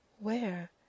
Where